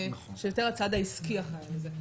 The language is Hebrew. שיותר הצד העסקי אחראי על זה.